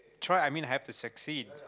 try I mean I have to succeed